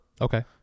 Okay